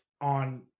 on